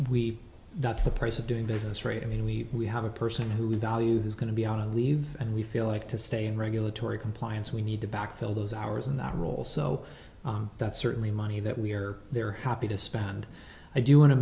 we that's the person doing business rate i mean we have a person who value who's going to be on a leave and we feel like to stay in regulatory compliance we need to back fill those hours in that role so that's certainly money that we're there happy to spend i do want to